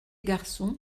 garçons